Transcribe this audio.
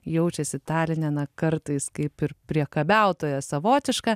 jaučiasi taline na kartais kaip ir priekabiautoja savotiška